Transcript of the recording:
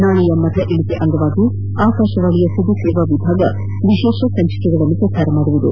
ನಾಳಿನ ಮತ ಎಣಿಕೆ ಅಂಗವಾಗಿ ಆಕಾಶವಾಣಿಯ ಸುದ್ದಿ ಸೇವಾ ವಿಭಾಗ ವಿಶೇಷ ಸಂಚಿಕೆಗಳನ್ನು ಪ್ರಸಾರ ಮಾಡಲಿದೆ